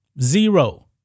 Zero